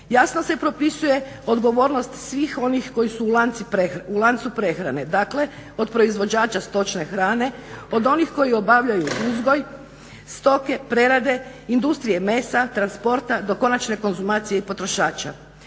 jasno se propisuje odgovornost svih onih koji su u lancu prehrane. Dakle, od proizvođača stočne hrane, od onih koji obavljaju uzgoj stoke, prerade, industrije mesa, transporta do konačne konzumacije i potrošača.